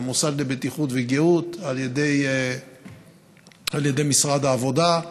המוסד לבטיחות ולגהות של משרד העבודה,